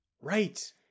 right